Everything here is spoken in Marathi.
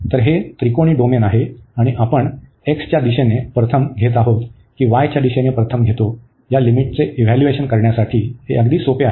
तर हे त्रिकोणी डोमेन आहे आणि आपण x च्या दिशेने प्रथम घेत आहोत की y च्या दिशेने प्रथम घेतो या लिमिटचे इव्हाल्युएशन करण्यासाठी हे अगदी सोपे आहे